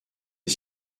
les